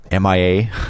MIA